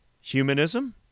Humanism